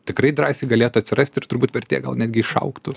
tikrai drąsiai galėtų atsirasti ir turbūt vertė gal netgi išaugtų